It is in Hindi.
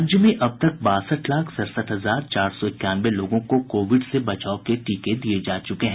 राज्य में अब तक बासठ लाख सड़सठ हजार चार सौ इक्यानवे लोगों को कोविड से बचाव के टीके दिये जा चुके हैं